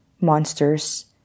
monsters